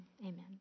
Amen